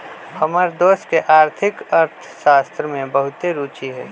हमर दोस के आर्थिक अर्थशास्त्र में बहुते रूचि हइ